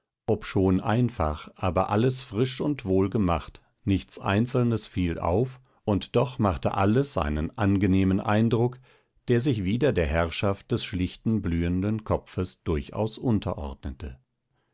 obschon einfach aber alles frisch und wohlgemacht nichts einzelnes fiel auf und doch machte alles einen angenehmen eindruck der sich wieder der herrschaft des schlichten blühenden kopfes durchaus